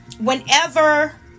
whenever